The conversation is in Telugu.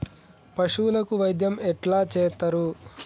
పశువులకు వైద్యం ఎట్లా చేత్తరు?